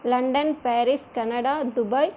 London Paris Canada Dubai